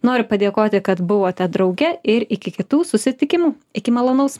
noriu padėkoti kad buvote drauge ir iki kitų susitikimų iki malonaus